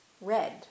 red